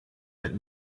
let